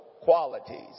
qualities